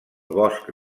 bosc